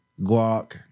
guac